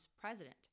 president